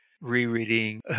Rereading